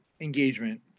engagement